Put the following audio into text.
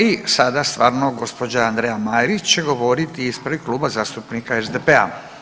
I sada stvarno gđa. Andreja Marić će govoriti ispred Kluba zastupnika SDP-a.